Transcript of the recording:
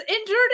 injured